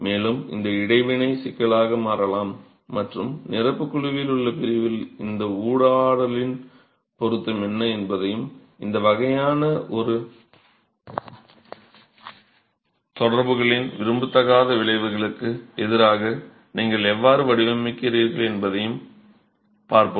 மேலும் இந்த இடைவினை சிக்கலாக மாறலாம் மற்றும் நிரப்பு குழுவில் உள்ள பிரிவில் இந்த ஊடாடலின் பொருத்தம் என்ன என்பதையும் இந்த வகையான தொடர்புகளின் விரும்பத்தகாத விளைவுகளுக்கு எதிராக நீங்கள் எவ்வாறு வடிவமைக்கிறீர்கள் என்பதையும் பார்ப்போம்